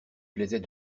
plaisait